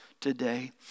today